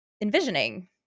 envisioning